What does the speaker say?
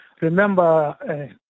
remember